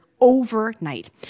overnight